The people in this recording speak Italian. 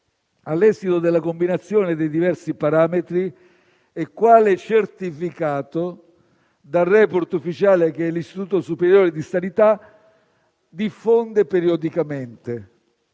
all'esito della combinazione dei diversi parametri e quale certificato dal *report* ufficiale che l'Istituto superiore di sanità diffonde periodicamente.